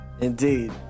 Indeed